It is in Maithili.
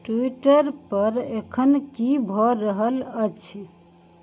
ट्विटर पर अखन की भऽ रहल अछि